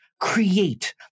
create